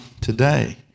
today